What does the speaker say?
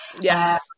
Yes